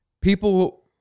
people